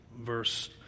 verse